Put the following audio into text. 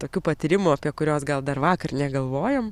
tokių patyrimų apie kuriuos gal dar vakar negalvojom